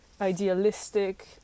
idealistic